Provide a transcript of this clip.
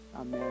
Amen